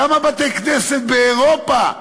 כמה בתי-כנסת באירופה,